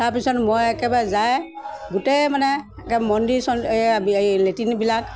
তাৰপিছত মই একেবাৰে যায় গোটেই মানে একে মন্দিৰ চন্দিৰ এয়া এই লেট্ৰিনবিলাক